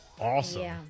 awesome